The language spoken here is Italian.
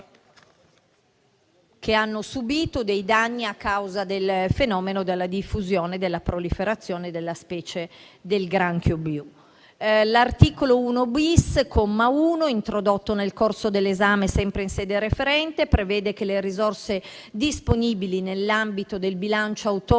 che hanno subito dei danni a causa del fenomeno della diffusione e della proliferazione della specie del granchio blu. L'articolo 1-*bis*, comma 1, introdotto nel corso dell'esame sempre in sede referente, prevede che le risorse disponibili nell'ambito del bilancio autonomo